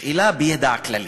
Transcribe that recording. שאלה בידע כללי: